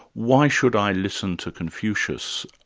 why should i listen to confucius,